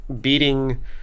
beating